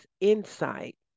insight